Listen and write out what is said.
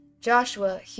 Joshua